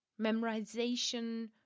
memorization